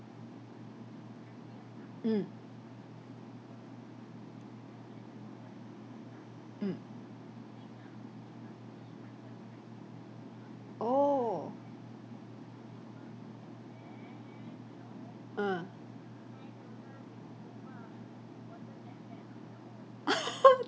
mm mm oh uh